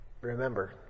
remember